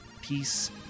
Peace